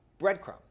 breadcrumb